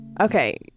Okay